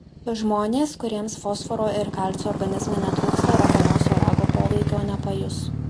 žmonės kuriems fosforo ir kalcio organizme netrūksta raganosio rago poveikio nepajus